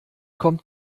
kommt